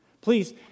Please